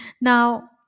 now